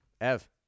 Ev